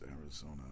Arizona